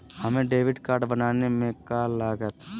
हमें debit card बनाने में का लागत?